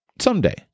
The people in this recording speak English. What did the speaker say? someday